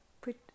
put